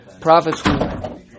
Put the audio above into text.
prophets